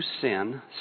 sin